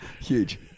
Huge